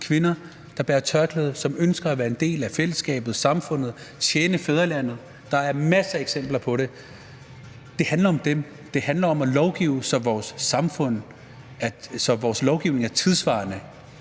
kvinder, som bærer tørklæde, og som ønsker at være en del af fællesskabet, af samfundet, og at tjene fædrelandet. Der er masser af eksempler på det. Det handler om dem. Det handler om at lovgive, så vores lovgivning er tidssvarende.